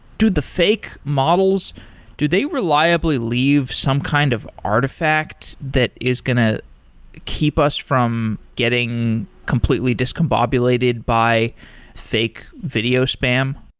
do the fake models do they reliably leave some kind of artifact that is going to keep us from getting completely discombobulated by fake video spam?